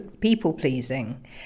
people-pleasing